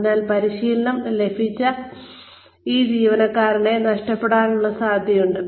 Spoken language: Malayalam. അതിനാൽ പരിശീലനം ലഭിച്ച ഈ ജീവനക്കാരെ നഷ്ടപ്പെടാനുള്ള സാധ്യതയുണ്ട്